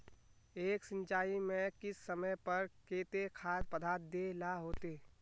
एक सिंचाई में किस समय पर केते खाद पदार्थ दे ला होते?